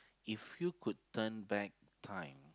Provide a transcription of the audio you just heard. if you could turn back time